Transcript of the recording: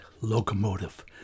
Locomotive